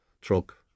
truck